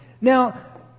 Now